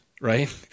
Right